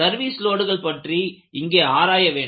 service லோடுகள் பற்றி இங்கே ஆராய வேண்டும்